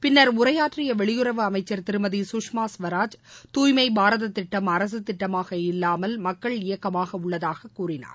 பின்னர் உரையாற்றிய வெளியுறவு அமைச்சர் திருமதி சுஷ்மா ஸ்வராஜ் துய்மை பாரத திட்டம் அரசு திட்டமாக இல்லாமல் மக்கள் இயக்கமாக உள்ளதாக கூறினார்